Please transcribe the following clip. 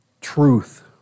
truth